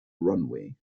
runway